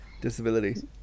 disability